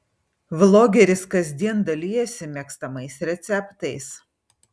vlogeris kasdien dalijasi mėgstamais receptais